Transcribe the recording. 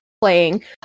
playing